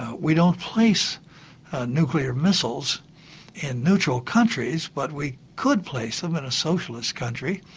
ah we don't place nuclear missiles in neutral countries but we could place them in a socialist country,